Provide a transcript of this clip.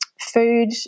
food